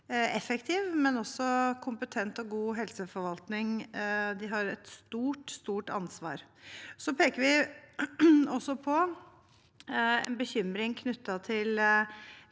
effektiv, men også kompetent og god helseforvaltning. De har et stort, stort ansvar. Vi peker også på en bekymring knyttet til